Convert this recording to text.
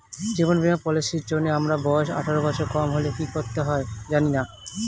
জীবন বীমা পলিসি র জন্যে আমার বয়স আঠারো বছরের কম হলে কি করতে হয়?